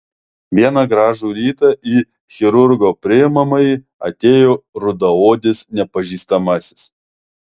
vieną gražų rytą į chirurgo priimamąjį atėjo rudaodis nepažįstamasis